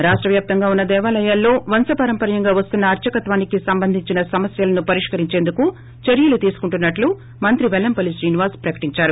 రాష్ట వ్యాప్తంగా ఉన్న దేవాలయాల్లో వంశ పారపర్యంగా వస్తున్న అర్సకత్వానికే సంబంధించిన సమస్వలను పరిష్కరించేందుకు చర్యలు తీసుకుంటున్నట్టు మంత్రి పెల్లంపల్లి శ్రీనివాస్ ప్రకటించారు